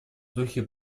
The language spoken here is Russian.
духе